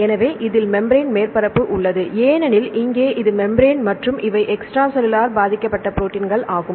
எனவே இதில் மெம்பிரான் மேற்பரப்பு உள்ளது ஏனெனில் இங்கே இது மெம்பிரான் மற்றும் இவை எக்ஸ்ட்ரா செல்லுலார் பதிக்கப்பட்ட ப்ரோடீன்கள் ஆகும்